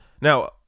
Now